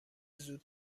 زود